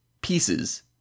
pieces